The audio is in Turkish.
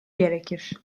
gerekir